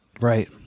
Right